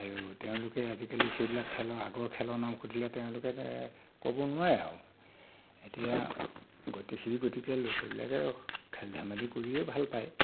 আৰু তেওঁলোকে আজিকালি সেইবিলাক খেলৰ আগৰ খেলৰ নাম সুধিলে তেওঁলোকে এ ক'ব নোৱাৰে আৰু এতিয়া গতি সেই গতিকে ল'ৰা ছোৱালীবিলাকে খেল ধেমালি কৰিয়েই ভাল পায়